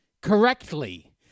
correctly